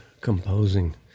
Composing